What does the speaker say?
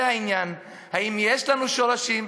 זה העניין: האם יש לנו שורשים,